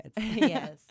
Yes